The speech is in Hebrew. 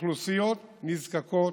אוכלוסיות נזקקות,